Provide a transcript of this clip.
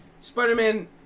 Spider-Man